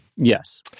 Yes